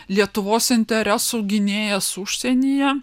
lietuvos interesų gynėjas užsienyje